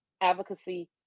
advocacy